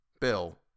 Bill